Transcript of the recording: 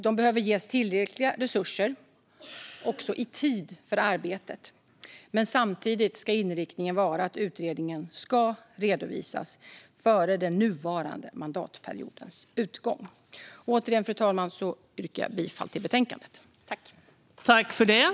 Den behöver ges tillräckliga resurser och också tid för arbetet. Men samtidigt ska inriktningen vara att utredningen ska redovisas före den nuvarande mandatperiodens utgång. Fru talman! Jag yrkar återigen bifall till utskottets förslag i betänkandet.